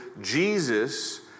Jesus